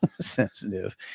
Sensitive